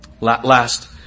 Last